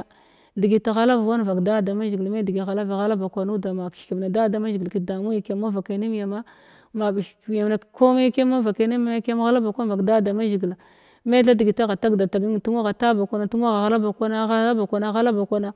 Ah degit ghalv wan vakda da mazhigil me degi ghalav ma ghala ba kwan ma kethekiyam na da da mazhigi kəda nu’i kiyam mavakai nimyama ma keth kiyam na ko mai kiyam mavakai kiyam mavakai nim yama kiyam ghala ba kwan vak da da mazhigila me tha degit agha da tag da tag nenna tuma agha ta kwana aghala ba kwana aghala ba kwana